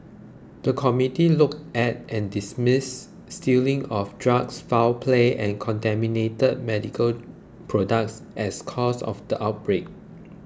the committee looked at and dismissed stealing of drugs foul play and contaminated medical products as causes of the outbreak